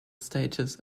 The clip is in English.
status